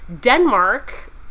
Denmark